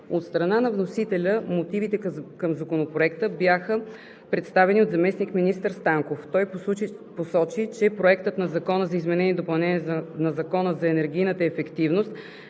От страна на вносителя мотивите към Законопроекта бяха представени от заместник-министър Станков. Той посочи, че Проектът на закон за изменение и допълнение на Закона за енергийната ефективност